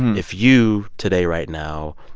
if you, today, right now,